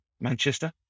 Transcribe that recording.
Manchester